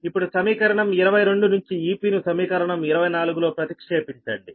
ఇప్పుడు సమీకరణం 22 నుంచి Ep ను సమీకరణం 24 లో ప్రతిక్షేపించండి